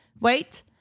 Wait